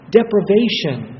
deprivation